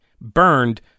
Burned